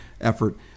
effort